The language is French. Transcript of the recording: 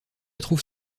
trouve